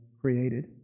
created